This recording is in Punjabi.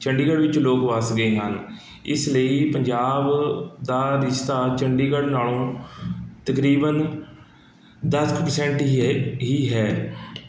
ਚੰਡੀਗੜ੍ਹ ਵਿੱਚ ਲੋਕ ਵੱਸ ਗਏ ਹਨ ਇਸ ਲਈ ਪੰਜਾਬ ਦਾ ਰਿਸ਼ਤਾ ਚੰਡੀਗੜ੍ਹ ਨਾਲੋਂ ਤਕਰੀਬਨ ਦਸ ਕੁ ਪ੍ਰਸੈਂਟ ਹੀ ਏ ਹੀ ਹੈ